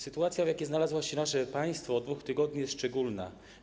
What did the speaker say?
Sytuacja, w jakiej znalazło się nasze państwo, od 2 tygodni jest szczególna.